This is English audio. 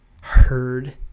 heard